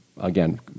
again